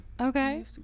Okay